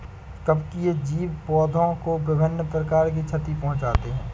कवकीय जीव पौधों को विभिन्न प्रकार की क्षति पहुँचाते हैं